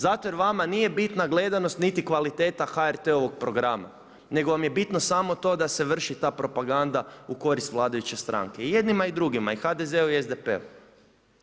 Zato jer vama nije bitna gledanost niti kvaliteta HRT-ovog programa nego vam je bitno samo to da se vrši ta propaganda u korist vladajuće stranke i jednima i drugima i HDZ-u i SDP-u.